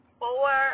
four